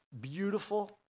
beautiful